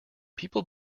people